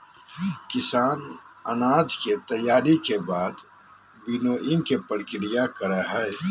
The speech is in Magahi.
किसान अनाज के तैयारी के बाद विनोइंग के प्रक्रिया करई हई